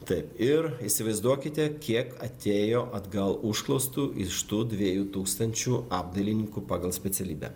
taip ir įsivaizduokite kiek atėjo atgal užklausų iš tų dviejų tūkstančių apdailininkų pagal specialybę